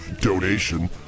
donation